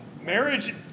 marriage